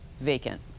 vacant